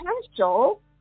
potential